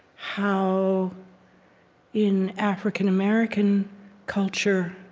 how in african-american culture